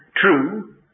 true